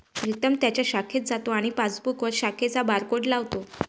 प्रीतम त्याच्या शाखेत जातो आणि पासबुकवर शाखेचा बारकोड लावतो